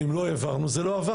ואם לא העברנו, זה לא עבר.